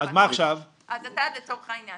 אז אתה לצורך העניין,